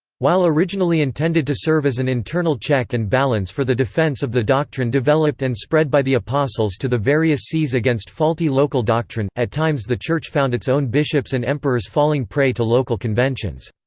while originally intended to serve as an internal check and balance for the defense of the doctrine developed and spread by the apostles to the various sees against faulty local doctrine, at times the church found its own bishops and emperors falling prey to local conventions.